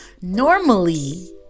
normally